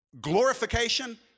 Glorification